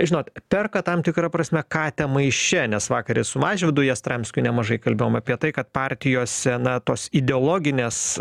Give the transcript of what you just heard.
žinot perka tam tikra prasme katę maiše nes vakar ir su mažvydu jastramskiu nemažai kalbėjom apie tai kad partijose na tos ideologinės